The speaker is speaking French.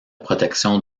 protection